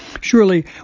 Surely